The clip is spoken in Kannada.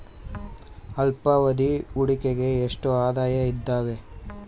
ಅಲ್ಪಾವಧಿ ಹೂಡಿಕೆಗೆ ಎಷ್ಟು ಆಯ್ಕೆ ಇದಾವೇ?